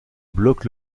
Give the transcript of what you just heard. bloque